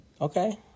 Okay